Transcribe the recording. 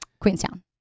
queenstown